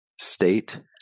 state